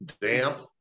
damp